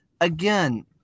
again